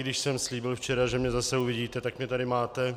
Když jsem slíbil včera, že mě zase uvidíte, tak mě tady máte.